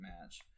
match